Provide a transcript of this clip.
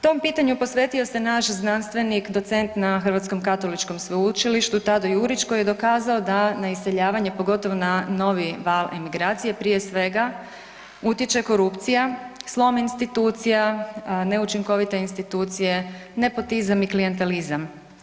Tom pitanju posvetio se naš znanstvenik, docent na Hrvatskom katoličkom sveučilištu Tade Jurić koji je dokazao da na iseljavanje, pogotovo na novi val emigracije prije svega utječe korupcija, slom institucija, neučinkovite institucije, nepotizam i klijentelizam.